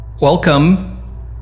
Welcome